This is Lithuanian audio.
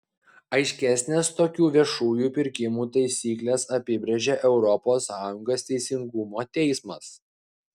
aiškesnes tokių viešųjų pirkimų taisykles apibrėžė europos sąjungos teisingumo teismas